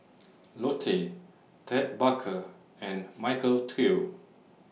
Lotte Ted Baker and Michael Trio